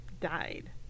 died